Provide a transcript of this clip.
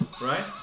right